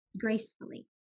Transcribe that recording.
gracefully